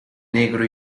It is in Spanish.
negro